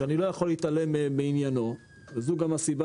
שאני לא יכול להתעלם מעניינו וזו גם הסיבה